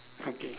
okay